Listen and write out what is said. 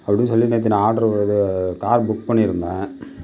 அப்படின்னு சொல்லி நேற்று நான் ஆர்டர் இது கார் புக் பண்ணியிருந்தேன்